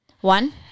One